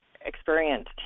experienced